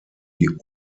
die